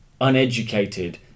uneducated